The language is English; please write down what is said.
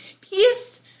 Peace